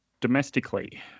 domestically